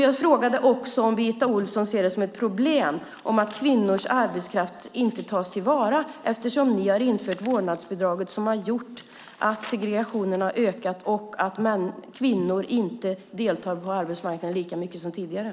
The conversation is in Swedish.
Jag frågade också om Birgitta Ohlsson ser det som ett problem att kvinnors arbetskraft inte tas till vara, eftersom ni har infört vårdnadsbidraget som har gjort att segregationen har ökat och kvinnor inte deltar lika mycket som tidigare på arbetsmarknaden.